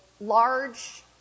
large